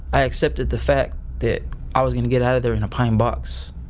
i accepted the fact that i was gonna get out of there in a pine box